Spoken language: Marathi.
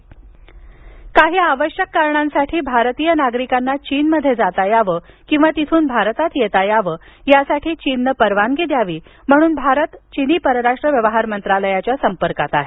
चीन काही आवश्यक कारणांसाठी भारतीय नागरिकांना चीनमध्ये जाता यावं किंवा तिथून भारतात येता यावं यासाठी चीननं परवानगी द्यावी म्हणून भारत चिनी परराष्ट्र व्यवहार मंत्रालयाच्या संपर्कात आहे